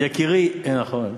נכון.